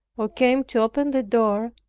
or came to open the door,